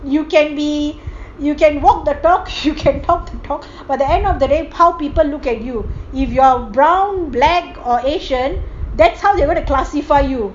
you can be you can walk the talk you can talk the talk by the end of the day how people look at you if you are brown black or asian that's how they going to classify you